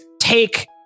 take